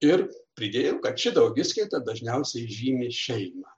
ir pridėjau kad ši daugiskaita dažniausiai žymi šeimą